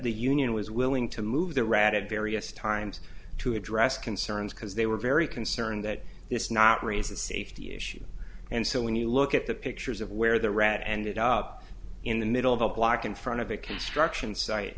the union was willing to move the rat at various times to address concerns because they were very concerned that this not raise a safety issue and so when you look at the pictures of where the rat ended up in the middle of a block in front of a construct